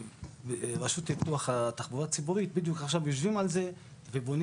רשות לפיתוח התחבורה הציבורית בדיוק עכשיו יושבים על זה ובונים